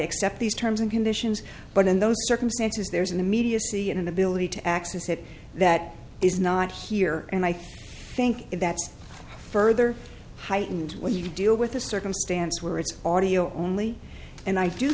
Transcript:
accept these terms and conditions but in those circumstances there's an immediacy and an ability to access it that is not here and i think that's further heightened when you deal with a circumstance where it's audio only and i do